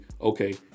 Okay